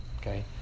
Okay